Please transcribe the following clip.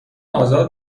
آزاد